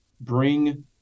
bring